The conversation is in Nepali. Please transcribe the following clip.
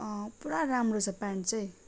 पुरा राम्रो छ पेन्ट चाहिँ